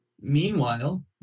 Meanwhile